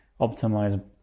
optimize